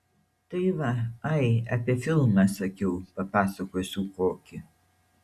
tai va ai apie filmą sakiau papasakosiu kokį